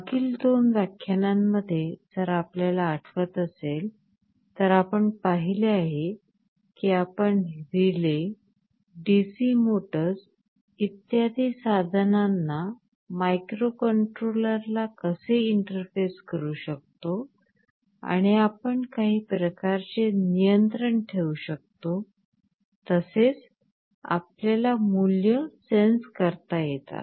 मागील दोन व्याख्यानांमध्ये जर आपल्याला आठवत असेल तर आपण पाहिले आहे की आपण रिले DC मोटर्स इत्यादी साधनांना मायक्रोकंट्रोलरला कसे इंटरफेस करू शकतो आणि आपण काही प्रकारचे नियंत्रण ठेवू शकतो तसेच आपल्याला मूल्ये सेन्स करता येतात